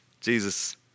Jesus